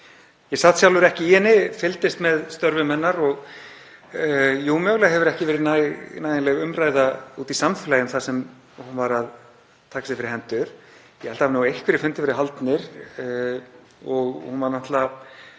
Ég sat sjálfur ekki í henni, en fylgdist með störfum hennar. Mögulega hefur ekki verið nægileg umræða úti í samfélaginu um það sem hún var að taka sér fyrir hendur. Ég held að það hafi nú einhverjir fundir verið haldnir og hún var náttúrlega